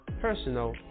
personal